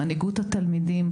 מנהיגות התלמידים,